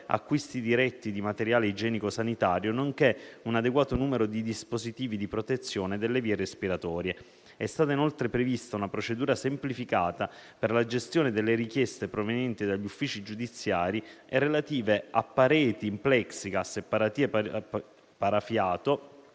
acquisti diretti di materiale igienico-sanitario, nonché un adeguato numero di dispositivi di protezione delle vie respiratorie. È stata, inoltre, prevista una procedura semplificata per la gestione delle richieste provenienti dagli uffici giudiziari, relative a pareti in plexiglass e a paratie parafiato